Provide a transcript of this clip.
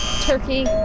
Turkey